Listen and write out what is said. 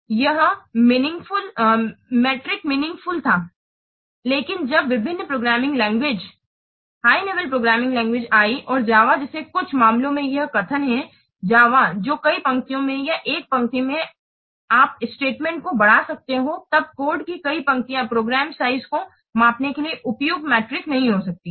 यह metric meaningful था लेकिन जब विभिन्न प्रोग्रामिंग लैंग्वेज उच्च स्तरीय प्रोग्रामिंग लैंग्वेज आईं और जावा जैसे कुछ मामलों में यह कथन हैं जावा जो कई पंक्तियों में या एक पंक्ति में आप स्टेटमेंट्स को बढ़ा सकते हैं तब कोड की यह पंक्तियाँ प्रोग्राम साइज को मापने के लिए उपयुक्त मीट्रिक नहीं हो सकती हैं